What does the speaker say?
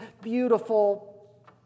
beautiful